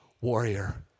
warrior